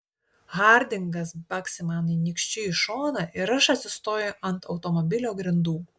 hardingas baksi man nykščiu į šoną ir aš atsistoju ant automobilio grindų